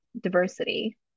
diversity